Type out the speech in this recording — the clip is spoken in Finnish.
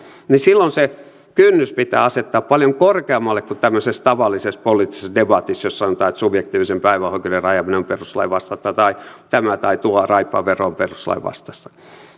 niin silloin se kynnys pitää asettaa paljon korkeammalle kuin tämmöisessä tavallisessa poliittisessa debatissa jossa sanotaan että subjektiivisen päivähoito oikeuden rajaaminen on perustuslain vastaista tai tämä tai tuo raippavero on perustuslain vastaista